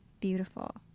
beautiful